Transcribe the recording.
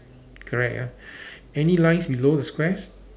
correct ah any lines below the squares